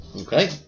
Okay